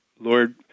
Lord